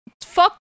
fuck